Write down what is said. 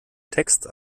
text